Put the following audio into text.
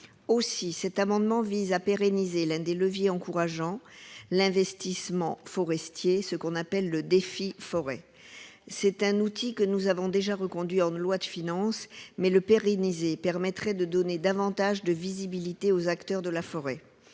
Aussi, cet amendement vise à pérenniser l'un des leviers encourageant l'investissement forestier, le DEFI forêt. C'est un outil que nous avons déjà reconduit en loi de finances, mais le pérenniser permettrait de donner davantage de visibilité aux acteurs de la forêt.